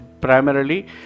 primarily